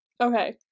Okay